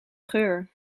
geur